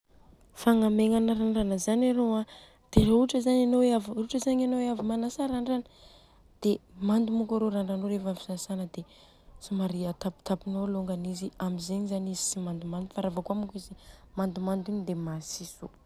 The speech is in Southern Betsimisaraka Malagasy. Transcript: Fagnamegnana randrana zany arô a, raha ohatra zany anô e ohatra zany anô e avy manasa randrana dia mando moko arô randranô reva avy sasany dia somary atapitapinô lôngany izy amzegny zany izy tsy mandomando, fa ravô kôa moko arô izy mandomando igny dia masiso.